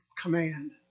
command